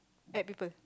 at people